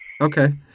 Okay